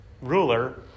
ruler